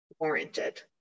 warranted